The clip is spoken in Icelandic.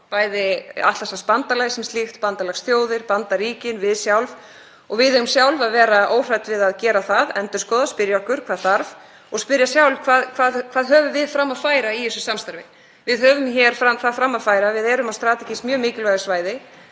bæði Atlantshafsbandalagið sem slíkt, bandalagsþjóðir, Bandaríkin, við sjálf og við eigum sjálf að vera óhrædd við að gera það, endurskoða, spyrja okkur hvað þarf og spyrja sjálf: Hvað höfum við fram að færa í þessu samstarfi? Við höfum það fram að færa að við erum á strategískt mjög mikilvægu svæði.